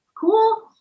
cool